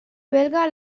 belga